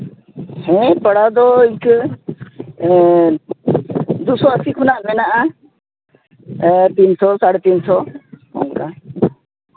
ᱦᱮᱸ ᱯᱮᱲᱟ ᱫᱚ ᱤᱱᱠᱟᱹ ᱮ ᱫᱩ ᱥᱚ ᱟᱹᱥᱤ ᱠᱷᱚᱱᱟᱜ ᱢᱮᱱᱟᱜᱼᱟ ᱛᱤᱱᱥᱚ ᱥᱟᱲᱮ ᱛᱤᱱ ᱥᱚ ᱚᱱᱠᱟ